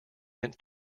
mint